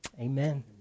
Amen